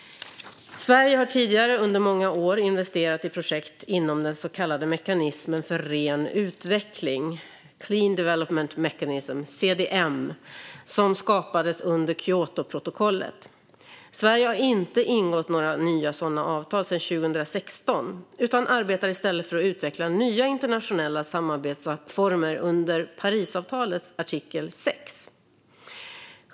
Sverige har tidigare under många år investerat i projekt inom den så kallade mekanismen för ren utveckling, clean development mechanism, CDM, som skapades under Kyotoprotokollet. Sverige har inte ingått några nya sådana avtal sedan 2016 utan arbetar i stället för att utveckla nya internationella samarbetsformer under Parisavtalets artikel 6.